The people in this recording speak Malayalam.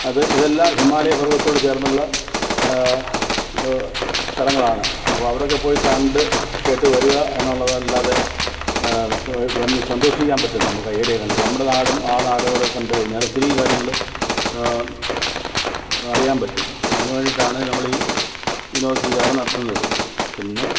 അത് ഇതെല്ലാം ഹിമാലയ പർവ്വതത്തോട് ചേർന്നുള്ള സ്ഥലങ്ങളാണ് അപ്പോൾ അവിടെ ഒക്കെ പോയി കണ്ട് കേട്ട് വരുക എന്നുള്ളതല്ലാതെ വന്ന് സന്തോഷിക്കാൻ പറ്റും നമുക്ക് ആ ഏരിയ കണ്ടിട്ട് നമ്മുടെ നാടും ആ നാടും കൂടെ കണ്ടുകഴിഞ്ഞാൽ ഒത്തിരി കാര്യങ്ങൾ അറിയാൻ പറ്റും അതിനുവേണ്ടിയിട്ടാണ് നമ്മൾ ഈ വിനോദസഞ്ചാരം നടത്തുന്നത് പിന്നെ